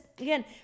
again